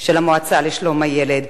של המועצה לשלום הילד.